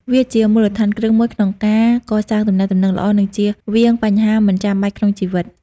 វាជាមូលដ្ឋានគ្រឹះមួយក្នុងការកសាងទំនាក់ទំនងល្អ និងជៀសវាងបញ្ហាមិនចាំបាច់ក្នុងជីវិត។